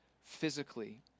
physically